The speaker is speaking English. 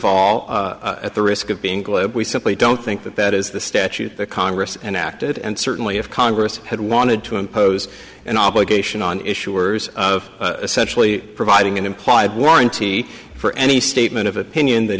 all at the risk of being glib we simply don't think that that is the statute that congress and acted and certainly if congress had wanted to impose an obligation on issuers of essentially providing an implied warranty for any statement of opinion that